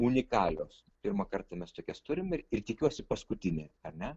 unikalios pirmąkartą mes tokias turim ir ir tikiuosi paskutinį ar ne